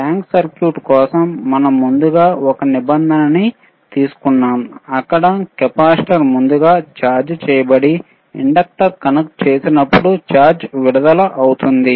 tank circuit కోసం మనం ముందుగా ఒక నిబంధనని తీసుకున్నాము అక్కడ కెపాసిటర్ ముందుగా చార్జ్ చేయబడి ఇండక్టర్ కనెక్ట్ చేసినప్పుడు చార్జ్ విడుదల అవుతుంది